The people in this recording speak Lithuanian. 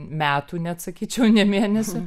metų net sakyčiau ne mėnesių